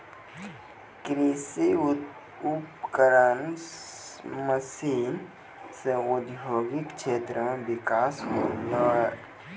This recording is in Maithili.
कृषि उपकरण मसीन सें औद्योगिक क्षेत्र म बिकास होलय